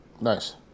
Nice